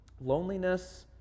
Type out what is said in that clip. loneliness